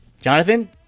Jonathan